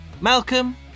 Malcolm